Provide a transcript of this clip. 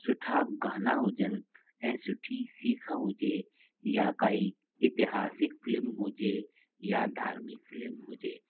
सुठा गाना हुजनि ऐं सुठी सीख हुजे या काई इतिहासिक फ़िल्म हुजे या धार्मिक फ़िल्म हुजे